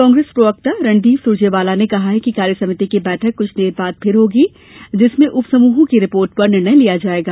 कांग्रेस प्रवक्ता रणदीप सुरजेवाला ने कहा कि कार्य समिति की बैठक कुछ देर बाद फिर होगी जिसमें उप समूहों की रिपोर्ट पर निर्णय लिया जाएगा